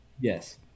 Yes